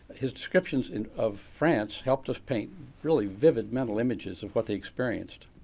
his descriptions and of france helped us paint really vivid mental images of what they experienced.